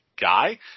guy